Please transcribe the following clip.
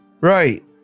Right